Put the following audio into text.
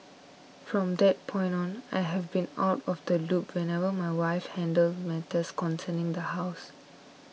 from that point on I have been out of the loop whenever my wife handles matters concerning the house